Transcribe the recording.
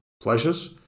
pleasures